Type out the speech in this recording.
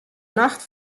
nacht